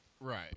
Right